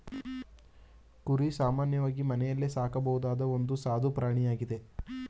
ಕುರಿ ಸಾಮಾನ್ಯವಾಗಿ ಮನೆಯಲ್ಲೇ ಸಾಕಬಹುದಾದ ಒಂದು ಸಾದು ಪ್ರಾಣಿಯಾಗಿದೆ